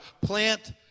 plant